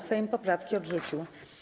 Sejm poprawki odrzucił.